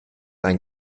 ein